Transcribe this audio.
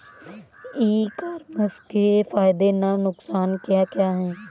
ई commerce के फायदे या नुकसान क्या क्या हैं?